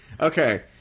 Okay